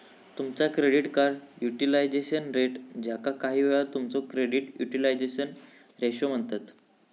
तुमचा credit utilisation rate, ज्याका काहीवेळा तुमचो क्रेडिट युटिलायझेशन रेशो म्हणतत